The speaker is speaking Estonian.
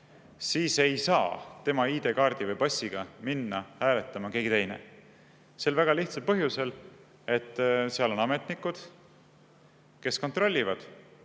siis ei saa tema ID‑kaardi või passiga minna hääletama keegi teine, seda väga lihtsal põhjusel: seal on ametnikud, kes kontrollivad